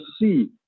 see